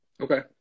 Okay